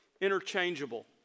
interchangeable